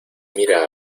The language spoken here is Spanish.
mira